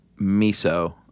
Miso